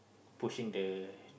pushing the